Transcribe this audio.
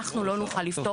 אנחנו לא נוכל לפתור.